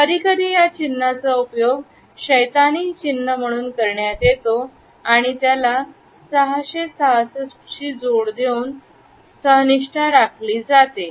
कधीकधी या चिन्हाचा उपयोग शैतानी चिन्ह म्हणून करण्यात येतो आणि याला 666ची जोड देऊन सहा निष्ठा राखली जाते